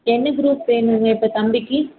என்ன குரூப் வேணுங்க இப்போ தம்பிக்கு